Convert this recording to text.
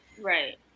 Right